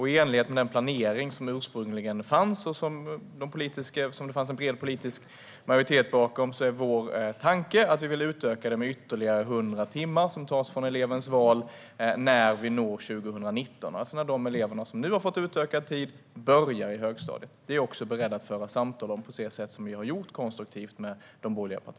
I enlighet med den planering som ursprungligen fanns och som det fanns en bred politisk majoritet bakom är vår tanke att utöka med ytterligare 100 timmar som tas från elevens val när vi når 2019, alltså när de elever som nu har fått utökad tid börjar i högstadiet. Vi är också beredda att föra konstruktiva samtal med de borgerliga partierna på det sätt som vi har gjort.